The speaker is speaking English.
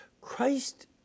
Christ